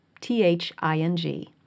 T-H-I-N-G